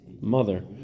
mother